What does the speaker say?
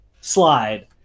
slide